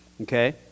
okay